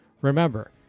Remember